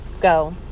go